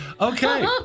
Okay